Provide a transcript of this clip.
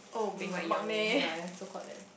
being like young yea so code that